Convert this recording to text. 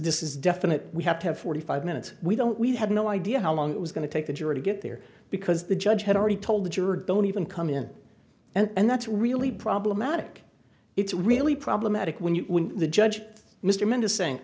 is definite we have to have forty five minutes we don't we have no idea how long it was going to take the jury to get there because the judge had already told the juror don't even come in and that's really problematic it's really problematic when you when the judge mr mendez saying